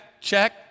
check